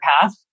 path